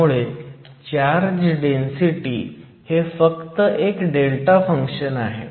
त्यामुळे charge density हे फक्त एक डेल्टा फंक्शन आहे